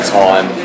time